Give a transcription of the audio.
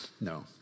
No